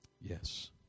Yes